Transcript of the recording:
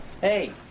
Hey